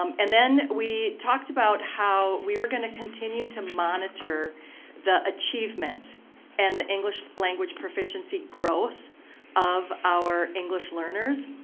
um and then we talked about how we were going to continue to monitor the achievement and the english language proficiency growth of our english learners.